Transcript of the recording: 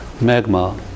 magma